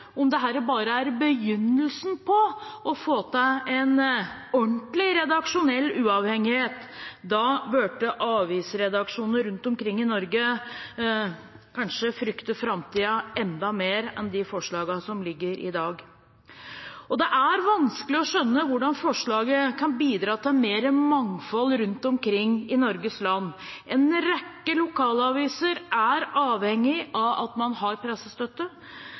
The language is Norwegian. om dette bare er begynnelsen på å få til en ordentlig redaksjonell uavhengighet. Da burde avisredaksjoner rundt omkring i Norge kanskje frykte framtiden enda mer enn man kan gjøre med de forslagene som foreligger i dag. Det er vanskelig å skjønne hvordan forslaget kan bidra til mer mangfold rundt omkring i Norges land. En rekke lokalaviser er avhengig av at man har pressestøtte.